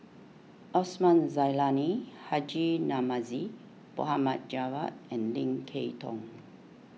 Osman Zailani Haji Namazie Mohd Javad and Lim Kay Tong